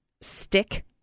stick